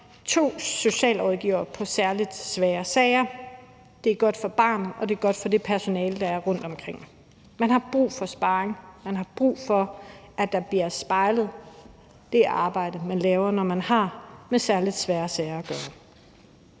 to socialrådgivere i særlig svære sager. Det er godt for barnet, og det er godt for det personale, der er rundtomkring. Man har brug for sparring, man har brug for spejling i det arbejde, man laver, når man har med særlig svære sager at gøre.